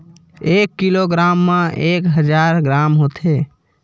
एक किलोग्राम मा एक हजार ग्राम होथे